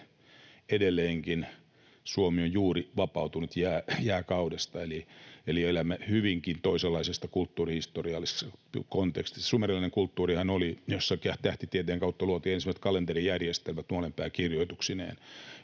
Edelleenkin Suomi oli juuri vapautunut jääkaudesta, eli elimme hyvinkin toisenlaisessa kulttuurihistoriallisessa kontekstissa. Sumerilainen kulttuurihan oli se, jossa tähtitieteen kautta luotiin ensimmäiset kalenterijärjestelmät nuolenpääkirjoituksineen,